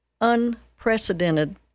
unprecedented